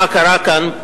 מה קרה כאן,